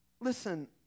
Listen